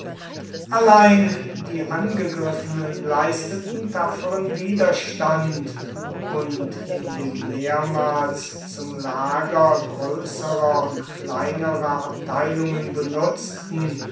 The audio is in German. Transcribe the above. allein die angegriffenen leisteten tapferen widerstand und in dem mehrmals zum lager größerer und kleinerer abteilungen benutzten